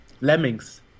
Lemmings